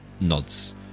Nods